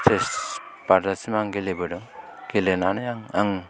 stage बारजासिम आं गेलेबोदों गेलेनानै आं आं